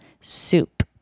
soup